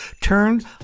turned